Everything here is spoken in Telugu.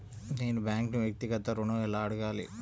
నేను బ్యాంక్ను వ్యక్తిగత ఋణం ఎలా అడగాలి?